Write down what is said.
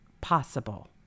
possible